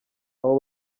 abo